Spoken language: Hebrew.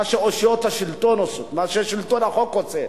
מה שאושיות השלטון עושות, מה ששלטון החוק עושה.